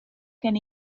gen